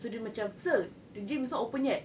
so dia macam sir the gym is not open yet